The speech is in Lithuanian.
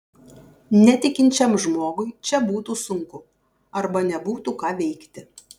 netikinčiam žmogui čia būtų sunku arba nebūtų ką veikti